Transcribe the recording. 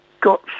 got